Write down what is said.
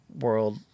world